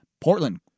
Portland